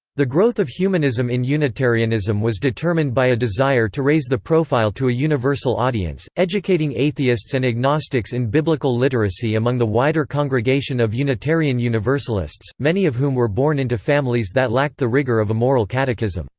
the growth of humanism in unitarianism was determined by a desire to raise the profile to a universal audience, educating atheists and agnostics in biblical literacy among the wider congregation of unitarian universalists, many of whom were born into families that lacked the rigour of a moral catechism